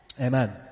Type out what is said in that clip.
Amen